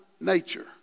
nature